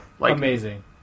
Amazing